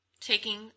taking